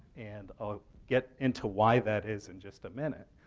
and i'll get into why that is in just a minute.